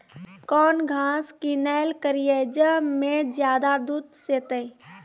कौन घास किनैल करिए ज मे ज्यादा दूध सेते?